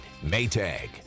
Maytag